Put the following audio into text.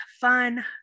fun